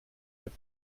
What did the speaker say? have